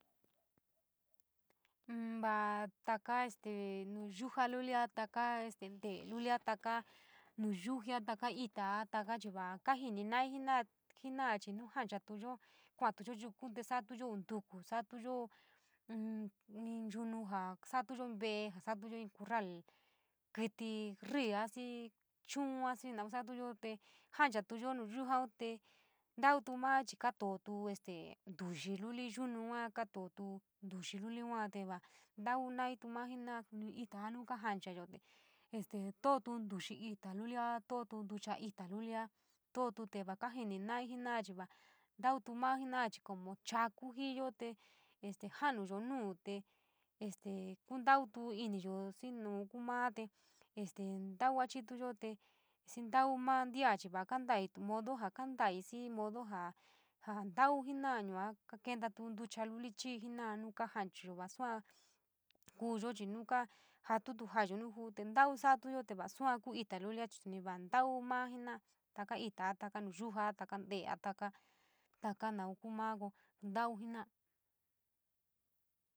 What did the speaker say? Va taka este nuyuja lulia, taka este te’e lulia, taka nuu yuja, taka itaa taka chii kajini naii jena’a jena’a janchayuto kuatuyo yuku te sa’atuyo uu ntuku, sa’atuyo in, in yunu jaa sa’atuyo in ve’e, sa’atuyo in korrali kiti ríí, xii chuua xii naun satuyo te janchatuyo nuyujan te tautu maa chii katoo este ntuxii luli yunu yua, kao tootu ntuxi yua te va ntau naii maa jena’a, suni itaa nuu kaajanchayo, tootu ntuxii ita lulia, tootu ntucha ita lulia tootu maa jena’a como choku jiiyo te este ja’anuyo nu te te este kuntautu iniyo xii naun kuu maa te este ntau achituyo te, xii taumaa ntia chii va kantoii modo ja kontaii xii modo jaa kontaii xii modo jaa, jaa ntauu jena’a yua kentatu ntucha luli chii jena’a yua kentatu ntucha luli chii jena’a nu kajanchayo sua kuuyo chii nuu kaa jotu, jatutu ja’ayo nuu juu te ntau sa’atuyo, te va sua kuuita lulia, chii va ntau mas jena’a, taka itaii taka nu yuuja, taka te’ea, taka nau kuu maa ko ntau.